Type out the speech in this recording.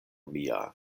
mia